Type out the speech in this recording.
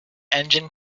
engine